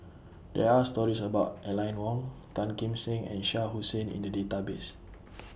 There Are stories about Aline Wong Tan Kim Seng and Shah Hussain in The Database